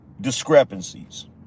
discrepancies